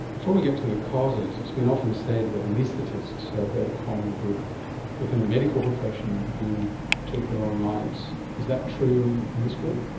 before we get to the the causes, it's been often said that anaesthetists are a very common group within the medical profession who take their own lives. is that true in this group?